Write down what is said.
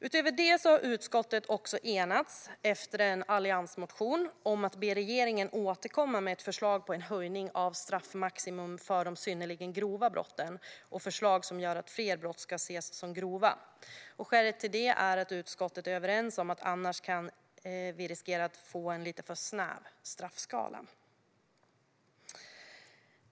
Utöver detta har utskottet efter en alliansmotion enats om att be regeringen återkomma med ett förslag om en höjning av straffmaximum för de synnerligen grova brotten och förslag om att fler brott ska ses som grova. Skälet till detta är att utskottet är överens om att vi annars riskerar att få en för snäv straffskala.